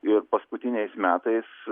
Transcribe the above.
ir paskutiniais metais